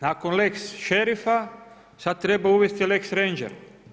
Nakon lex šerifa sad treba uvesti lex rejndžer.